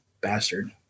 bastard